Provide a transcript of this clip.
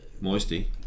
Moisty